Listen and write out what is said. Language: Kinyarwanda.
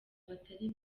abatari